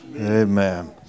Amen